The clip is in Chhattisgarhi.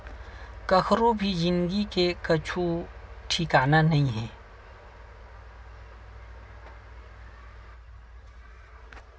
कखरो भी जिनगी के कुछु ठिकाना नइ हे